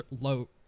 low